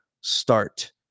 start